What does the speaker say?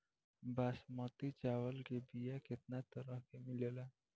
बासमती चावल के बीया केतना तरह के मिलेला?